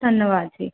ਧੰਨਵਾਦ ਜੀ